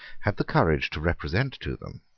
had the courage to represent to them,